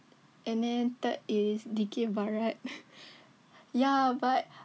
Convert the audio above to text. and then third is dikir barat ya but